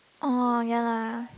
oh ya lah